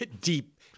deep